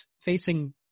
facing